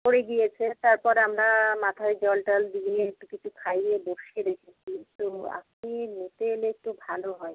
পড়ে গিয়েছে তারপর আমরা মাথায় জল টল দিয়ে একটু কিছু খাইয়ে বসিয়ে রেখেছি তো আপনি নিতে এলে একটু ভালো হয়